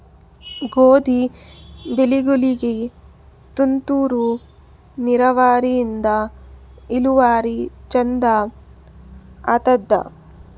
ಗೋಧಿ ಬೆಳಿಗೋಳಿಗಿ ತುಂತೂರು ನಿರಾವರಿಯಿಂದ ಇಳುವರಿ ಚಂದ ಆತ್ತಾದ?